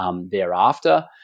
Thereafter